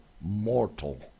mortal